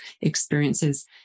experiences